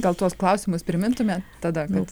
gal tuos klausimus primintumėt tada kad